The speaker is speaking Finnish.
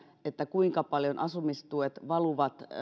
kuinka paljon asumistuet valuvat